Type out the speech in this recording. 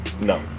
No